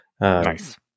Nice